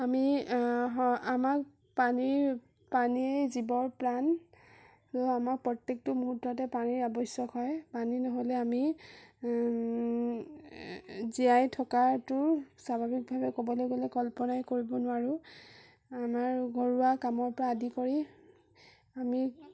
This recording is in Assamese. আমি আমাক পানীৰ পানী জীৱৰ প্ৰাণ আমাক প্ৰত্যেকটো মুহূৰ্ততে পানীৰ আৱশ্যক হয় পানী নহ'লে আমি জীয়াই থকাতো স্বাভাৱিকভাৱে ক'বলৈ গ'লে কল্পনাই কৰিব নোৱাৰোঁ আমাৰ ঘৰুৱা কামৰপৰা আদি কৰি আমি